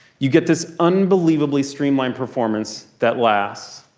you get this unbelievably streamlined performance that lasts,